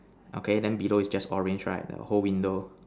okay then below is just orange right the whole window